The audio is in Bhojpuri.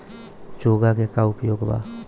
चोंगा के का उपयोग बा?